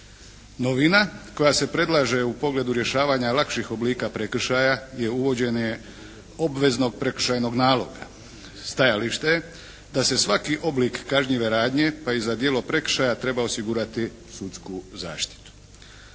Novina koja se predlaže u pogledu rješavanja lakših oblika prekršaja je uvođenje obveznog prekršajnog naloga. Stajalište je da se svaki oblik kažnjive radnje pa i za djelo prekršaja treba osigurati sudsku zaštitu.